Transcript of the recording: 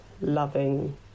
loving